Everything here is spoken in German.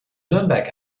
nürnberg